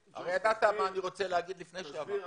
ידעת מה אני רוצה להגיד לפני שאמרתי.